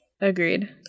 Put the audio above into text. Agreed